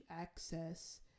access